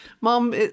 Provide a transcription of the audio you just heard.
Mom